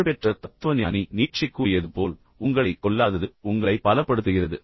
புகழ்பெற்ற தத்துவஞானி நீட்சே கூறியது போல் உங்களை கொல்லாதது உங்களை பலப்படுத்துகிறது